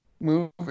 movie